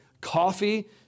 coffee